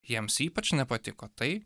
jiems ypač nepatiko tai